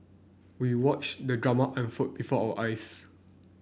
we watched the drama unfold before our eyes